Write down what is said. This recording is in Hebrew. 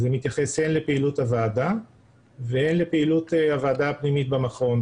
וזה מתייחס הן לפעילות הוועדה והן לפעילות הוועדה הפנימית במכון.